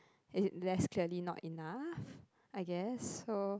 as in less clearly not enough I guess so